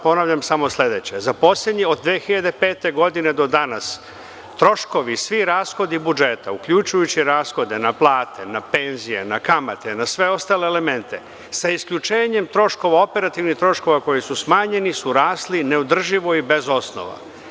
Ponavljam sledeće, od 2005. godine do dana, troškovi i svi rashodi budžeta, uključujući rashode na plate, na penzije, na kamate, na sve ostale elemente, sa isključenjem troškova, operativnih troškova koji su smanjeni su rasli neodrživo i bez osnova.